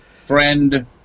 friend